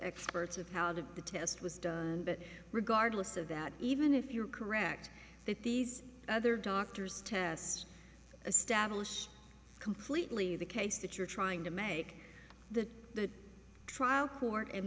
experts of how the the test was done and regardless of that even if you're correct that these other doctors tests establish completely the case that you're trying to make the the trial court and